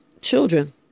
children